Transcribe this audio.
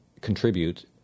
contribute